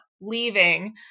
leaving